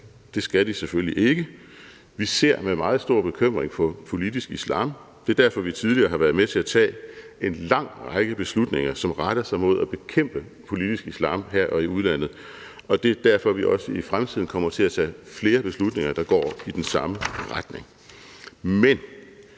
Det skal de selvfølgelig ikke. Vi ser med meget stor bekymring på politisk islam. Det er derfor, vi tidligere har været med til at tage en lang række beslutninger, som retter sig mod at bekæmpe politisk islam her og i udlandet, og det er derfor, vi også i fremtiden kommer til at tage flere beslutninger, der går i den samme retning. Men